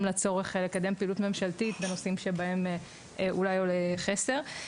לצורך לקדם פעילות ממשלתית בנושאים שבהם אולי עולה חסר.